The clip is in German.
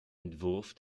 entwurf